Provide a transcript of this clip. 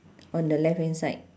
on the left hand side